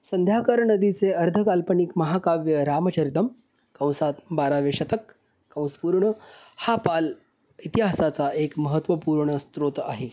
संध्याकर नदीचे अर्धकाल्पनिक महाकाव्य रामचरितम् कंसात बारावे शतक कंस पूर्ण हा पाल इतिहासाचा एक महत्त्वपूर्ण स्रोत आहे